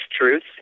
truth